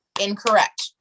incorrect